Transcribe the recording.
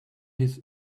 his